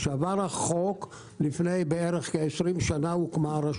היא הוקמה לפני בערך כ-20 שנה.